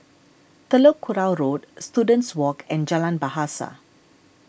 Telok Kurau Road Students Walk and Jalan Bahasa